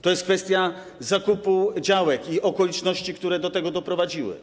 To jest kwestia zakupu działek i okoliczności, które do tego doprowadziły.